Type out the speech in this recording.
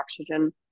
oxygen